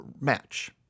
match